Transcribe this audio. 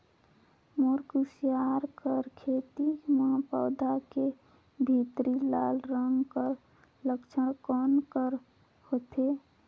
मोर कुसियार कर खेती म पौधा के भीतरी लाल रंग कर लक्षण कौन कर होथे?